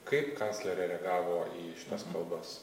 kaip kanclerė reagavo į šitas kalbas